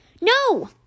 No